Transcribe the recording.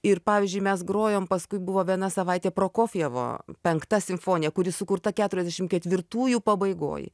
ir pavyzdžiui mes grojom paskui buvo viena savaitė prokofjevo penkta simfonija kuri sukurta keturiasdešim ketvirtųjų pabaigoj